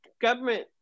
government